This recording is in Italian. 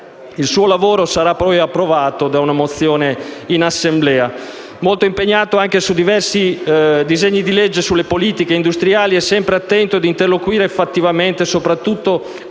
Il suo lavoro sarà poi approvato da una mozione in Assemblea. Molto impegnato su diversi disegni di legge sulle politiche industriali, e sempre attento ad interloquire fattivamente soprattutto